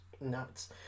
nuts